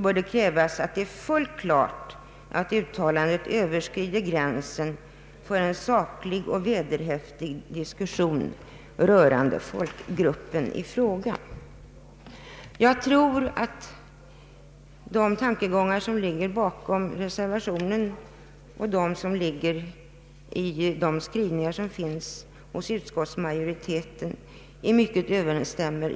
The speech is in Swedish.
bör det krävas att det är fullt klart att uttalandet överskrider gränsen för en saklig och vederhäftig diskussion rörande folkgruppen i fråga. Jag tror att de tankegångar som ligger bakom reservationen och de som finns hos utskottsmajoriteten i mycket överensstämmer.